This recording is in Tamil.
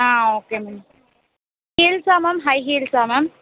ஆ ஓகே மேம் ஹீல்ஸா மேம் ஹைஹீல்ஸா மேம்